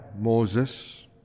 Moses